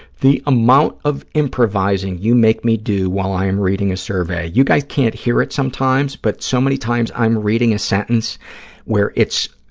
amount of improvising you make me do while i am reading a survey, you guys can't hear it sometimes, but so many times i'm reading a sentence where it's,